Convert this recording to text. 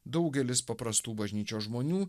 daugelis paprastų bažnyčios žmonių